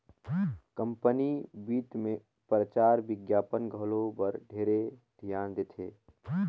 company बित मे परचार बिग्यापन घलो बर ढेरे धियान देथे